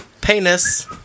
penis